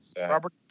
Robert